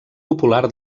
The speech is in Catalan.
popular